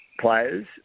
players